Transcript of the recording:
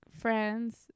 friends